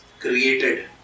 created